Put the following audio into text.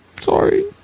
Sorry